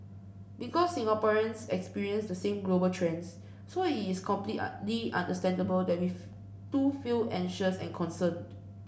because Singaporeans experience the same global trends so it is completely understandable that we too feel anxious and concerned